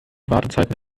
wartezeiten